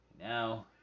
Now